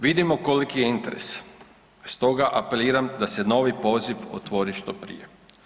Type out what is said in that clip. Vidimo koliki je interes, stoga apeliram da se novi poziv otvori što prije.